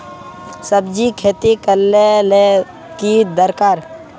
सब्जी खेती करले ले की दरकार?